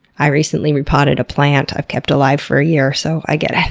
i recently re-potted a plant i've kept alive for a year, so, i get it.